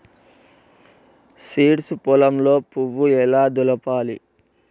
Seeds పొలంలో పువ్వు ఎట్లా దులపాలి?